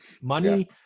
Money